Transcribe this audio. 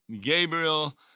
Gabriel